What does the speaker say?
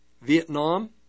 Vietnam